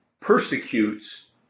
persecutes